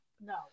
No